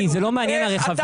נתי, זה לא מעניין, הרכבים.